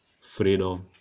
freedom